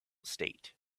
state